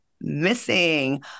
missing